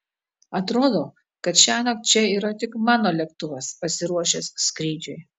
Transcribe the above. atrodo kad šiąnakt čia yra tik mano lėktuvas pasiruošęs skrydžiui